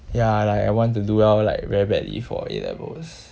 ya like I want to do well like very badly for A levels